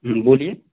ہوں بولیے